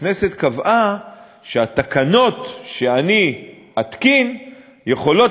הכנסת קבעה שהתקנות שאני אתקין יכולות